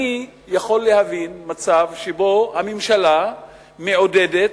אני יכול להבין מצב שבו הממשלה מעודדת,